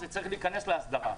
זה צריך להיכנס להסדרה,